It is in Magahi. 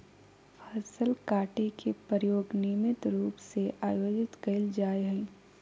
फसल काटे के प्रयोग नियमित रूप से आयोजित कइल जाय हइ